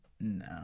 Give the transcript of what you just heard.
No